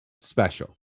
special